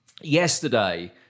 yesterday